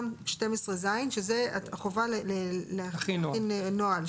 גם 12(ז); --- שזה החובה להכין נוהל,